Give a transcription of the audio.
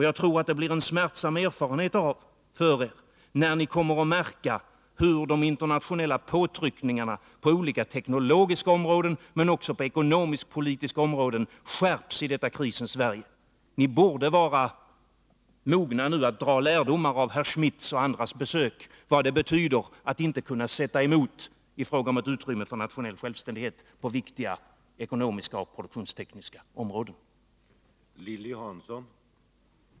Jag tror att det blir en smärtsam erfarenhet för er, när ni kommer att märka hur de internationella påtryckningarna på olika teknologiska områden men också på ekonomiskpolitiska områden skärps i detta krisens Sverige. Ni borde nu vara mogna att dra lärdomar av herr Schmidts och andras besök beträffande vad det betyder att inte kunna sätta emot i fråga om ett utrymme för nationell självständighet på viktiga ekonomiska och produktionstekniska områden.